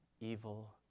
evil